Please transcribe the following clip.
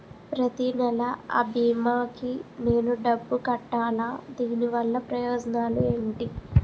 ప్రతినెల అ భీమా కి నేను డబ్బు కట్టాలా? దీనివల్ల ప్రయోజనాలు ఎంటి?